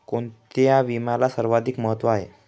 कोणता विम्याला सर्वाधिक महत्व आहे?